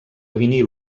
vinil